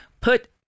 put